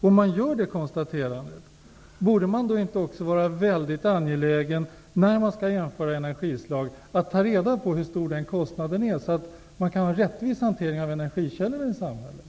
Om man gör det konstaterandet borde man då man skall jämföra energislag vara väldigt angelägen om att ta reda på hur stor den kostnaden är, så att det blir en rättvis hantering av energikällorna i samhället.